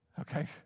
Okay